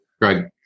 Greg